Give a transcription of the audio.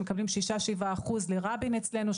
שמקבלים 7-6 אחוז לבין רבין אצלנו,